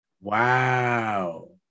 Wow